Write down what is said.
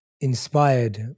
inspired